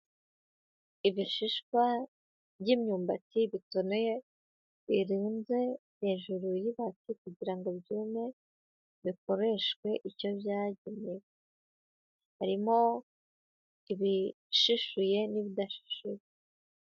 Ibishishwa by'imyumbati bitonoye, birunze hejuru y'ibati kugira ngo byume, bikoreshwe icyo byagenewe, harimo ibishishuye n'ibidashishuye.